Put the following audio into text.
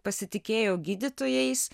pasitikėjau gydytojais